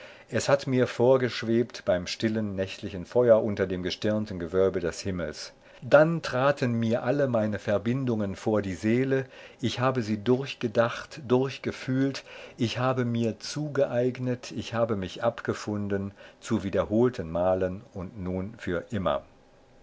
es hat mir vorgeschwebt beim stillen nächtlichen feuer unter dem gestirnten gewölbe des himmels dann traten mir alle meine verbindungen vor die seele ich habe sie durchgedacht durchgefühlt ich habe mir zugeeignet ich habe mich abgefunden zu wiederholten malen und nun für immer